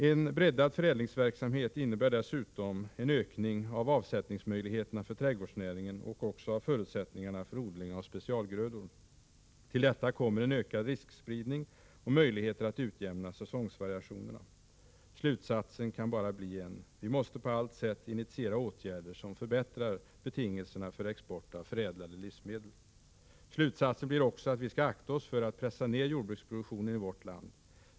En bredare förädlingsverksamhet innebär dessutom en ökning av avsättningsmöjligheterna för trädgårdsnäringen och även en ökning av förutsättningarna för odling av specialgrödor. Till detta kommer en ökad riskspridning och möjligheter att utjämna säsongsvariationerna. Slutsatsen kan bara bli en: vi måste på allt sätt initiera åtgärder som förbättrar betingelserna för export av förädlade livsmedel. Slutsatsen blir också att vi skall akta oss för att pressa ner jordbruksproduktionen i vårt land.